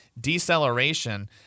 deceleration